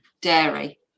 Dairy